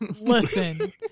Listen